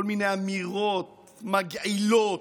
כל מיני אמירות מגעילות,